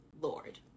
Lord